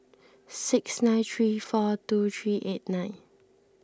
six nine three four two three eight nine